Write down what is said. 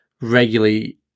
regularly